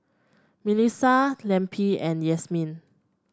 Melisa Lempi and Yasmine